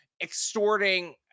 extorting